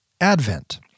Advent